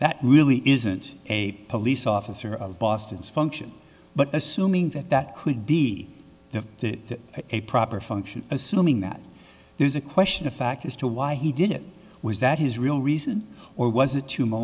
that really isn't a police officer of boston's function but assuming that that could be the to a proper function assuming that there's a question of fact as to why he did it was that his real reason or was it to